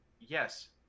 yes